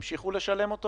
ההורים המשיכו לשלם אותו?